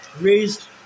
Raised